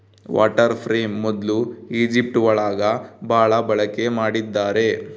water frame ಮೊದ್ಲು Egypt ಒಳಗ ಭಾಳ ಬಳಕೆ ಮಾಡಿದ್ದಾರೆ